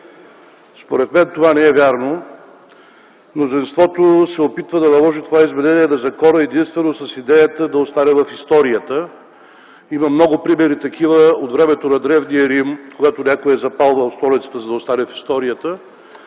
Според мен това не е вярно. Мнозинството се опитва да наложи това изменение на закона единствено с идеята да остане в историята. Има много такива примери от времето на древния Рим, когато някой е запалвал столицата, за да остане в историята.